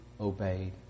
obeyed